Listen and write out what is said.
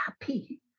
happy